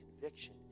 conviction